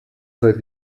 seit